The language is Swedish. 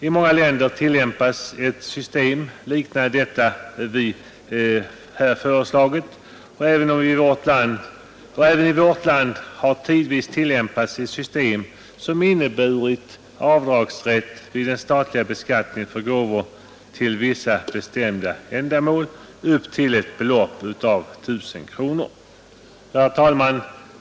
I många länder tillämpas ett system liknande det vi här föreslagit. Även i vårt land har tidvis tillämpats ett system som inneburit avdragsrätt vid den statliga beskattningen för gåvor till vissa bestämda ändamål upp till ett belopp av 1 000 kronor. Herr talman!